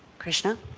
krishna?